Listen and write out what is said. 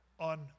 On